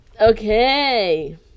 Okay